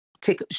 take